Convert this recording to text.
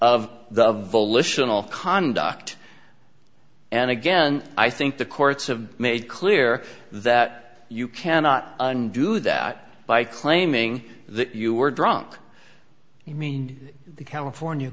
of the volitional conduct and again i think the courts have made clear that you cannot undo that by claiming that you were drunk i mean the california